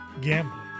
gambling